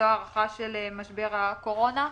זו ההערכה של משבר הקורונה?